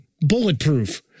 bulletproof